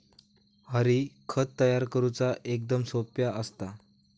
हरी, खत तयार करुचा एकदम सोप्पा असता